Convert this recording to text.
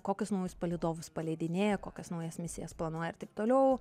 kokius naujus palydovus paleidinėja kokias naujas misijas planuoja ir taip toliau